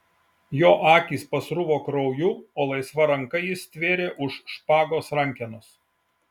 jo akys pasruvo krauju o laisva ranka jis stvėrė už špagos rankenos